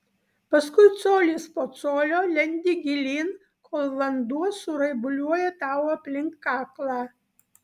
paskui colis po colio lendi gilyn kol vanduo suraibuliuoja tau aplink kaklą